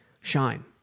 Shine